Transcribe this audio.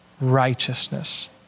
righteousness